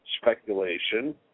speculation